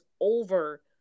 over